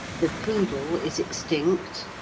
the poodle is extinct,